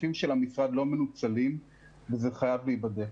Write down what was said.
כספים של המשרד לא מנוצלים וזה חייב להיבדק.